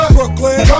Brooklyn